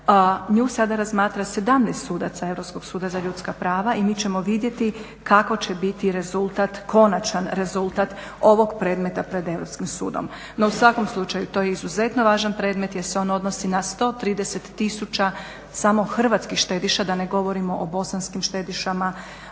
Nju sada razmatra 17 sudaca Europskog suda za ljudska prava i mi ćemo vidjeti kako će biti rezultat, konačan rezultat ovog predmeta pred Europskim sudom. No u svakom slučaju to je izuzetno važan predmet jer se on odnosi na 130 tisuća samo hrvatskih štediša, da ne govorimo o bosanskim štedišama